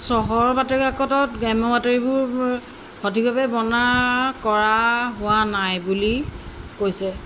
চহৰ বাতৰি কাকতত গ্ৰাম্যৰ বাতৰিবোৰ সঠিকভাৱে বনা কৰা হোৱা নাই বুলি কৈছে